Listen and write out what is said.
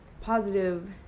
positive